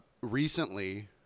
recently